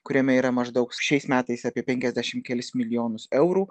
kuriame yra maždaug šiais metais apie penkiasdešim kelis milijonus eurų